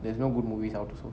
there is no good movies out also